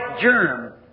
germ